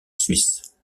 suisse